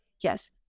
yes